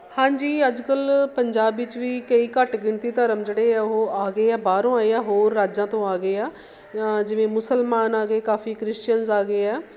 ਹਾਂਜੀ ਅੱਜ ਕੱਲ੍ਹ ਪੰਜਾਬ ਵਿੱਚ ਵੀ ਕਈ ਘੱਟ ਗਿਣਤੀ ਧਰਮ ਜਿਹੜੇ ਆ ਉਹ ਆ ਗਏ ਆ ਬਾਹਰੋਂ ਆਏ ਆ ਹੋਰ ਰਾਜਾਂ ਤੋਂ ਆ ਗਏ ਆ ਜਿਵੇਂ ਮੁਸਲਮਾਨ ਆ ਗਏ ਕਾਫੀ ਕ੍ਰਿਸ਼ਚਨਜ਼ ਆ ਗਏ ਆ